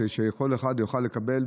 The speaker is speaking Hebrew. כדי שכל אחד יוכל לקבל,